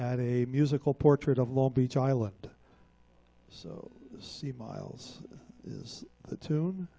at a musical portrait of long beach island so see miles is that too